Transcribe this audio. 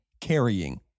carrying